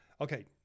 Okay